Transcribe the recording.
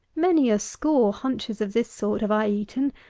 many a score hunches of this sort have i eaten,